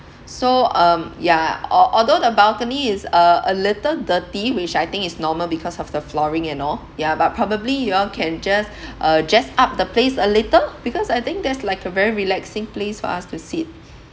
so um yeah al~ although the balcony is uh a little dirty which I think it's normal because of the flooring and all ya but probably you all can just uh just up the place a little because I think that's like a very relaxing place for us to sit